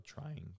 trying